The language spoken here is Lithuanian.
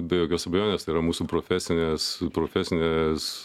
be jokios abejonės tai yra mūsų profesinės profesinės